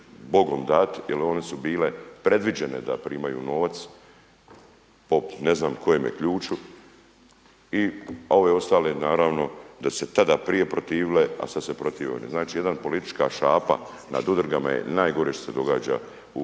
bogom dat jel one su bile predviđene da primaju novac po ne znam kojem ključu i ove ostale naravno da su se tada prije protivile, a sada se protive … znači jedna politička šapa nad udrugama je najgore šta se događa u